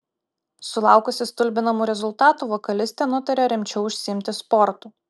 sulaukusi stulbinamų rezultatų vokalistė nutarė rimčiau užsiimti sportu